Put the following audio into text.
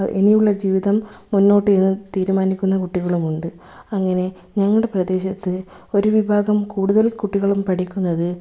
ഇനിയുള്ള ജീവിതം മുന്നോട്ട് എന്ന് തീരുമാനിക്കുന്ന കിട്ടികളുമുണ്ട് അങ്ങനെ ഞങ്ങളുടെ പ്രദേശത്ത് ഒര് വിഭാഗം കൂടുതൽ കുട്ടികളും പഠിക്കുന്നത്